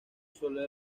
sólo